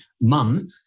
Mum